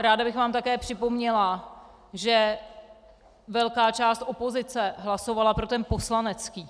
Ráda bych vám také připomněla, že velká část opozice hlasovala pro poslanecký.